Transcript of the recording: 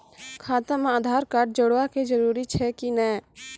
खाता म आधार कार्ड जोड़वा के जरूरी छै कि नैय?